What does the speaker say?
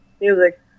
music